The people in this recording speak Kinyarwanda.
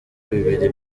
bibiri